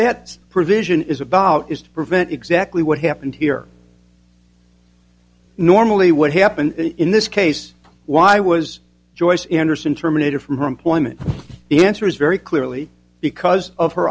that provision is about is to prevent exactly what happened here normally what happened in this case why was joyce andersen terminated from her employment the answer is very clearly because of her